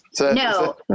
No